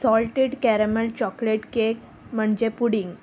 salted caramel chocolate cake म्हणजे pudding